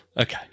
Okay